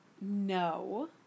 no